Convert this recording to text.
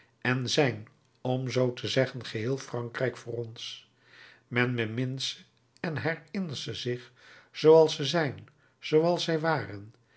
en zijn om zoo te zeggen geheel frankrijk voor ons men bemint ze en herinnert ze zich zooals ze zijn zooals zij waren